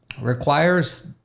requires